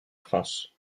france